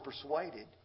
persuaded